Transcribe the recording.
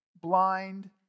blind